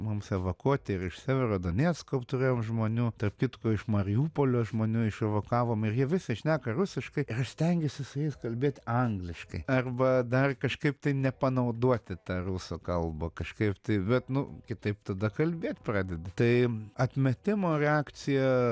mums evakuoti ir iš severodonecko turėjom žmonių tarp kitko iš mariupolio žmonių iševakuavom ir jie visi šneka rusiškai ir aš stengiuosi su jais kalbėti angliškai arba dar kažkaip tai nepanauduoti tą rusų kalbą kažkaip tai bet nu kitaip tada kalbėt pradedi tai atmetimo reakcija